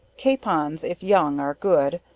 capons, if young are good,